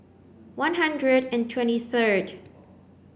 one hundred and twenty third